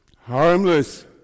harmless